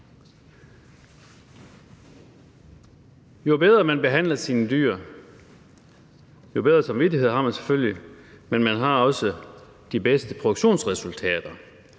Jo bedre man behandler sine dyr, jo bedre samvittighed har man selvfølgelig, men man har også de bedste produktionsresultater,